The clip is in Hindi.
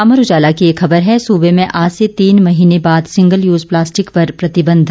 अमर उजाला की एक खबर है सूबे में आज से तीन महीने बाद सिंगल यूज प्लास्टिक पर प्रतिबंध